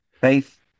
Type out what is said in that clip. Faith